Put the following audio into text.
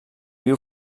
viu